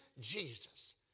Jesus